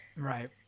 Right